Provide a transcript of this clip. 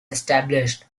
established